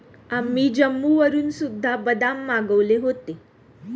आम्ही जम्मूवरून सुद्धा बदाम मागवले होते